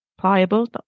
pliable